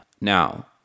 Now